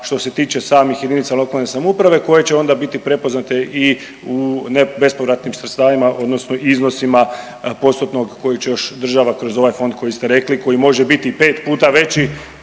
što se tiče samih JLS koje će onda biti prepoznate i u bespovratnim sredstvima odnosno iznosima postotnog koji će još država kroz ovaj fond koji ste rekli koji može biti i pet puta veći